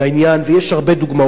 ויש הרבה דוגמאות כאלה.